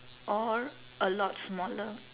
or a lot smaller